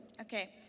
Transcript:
okay